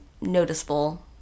noticeable